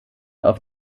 auf